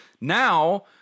Now